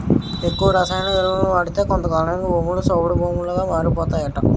ఎక్కువ రసాయన ఎరువులను వాడితే కొంతకాలానికి భూములు సౌడు భూములుగా మారిపోతాయట